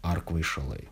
ar kvaišalai